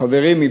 חברים,